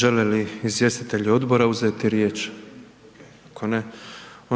Žele li izvjestitelji odbora uzeti riječ? Ako ne